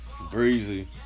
Breezy